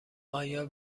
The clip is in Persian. آیا